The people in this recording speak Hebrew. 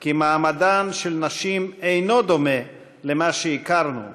כי מעמדן של נשים אינו דומה למה שהכרנו,